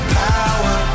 power